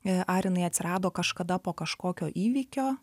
ar jinai atsirado kažkada po kažkokio įvykio